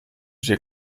dir